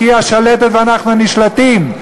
כי היא השלטת ואנחנו הנשלטים,